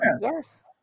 Yes